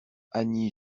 annie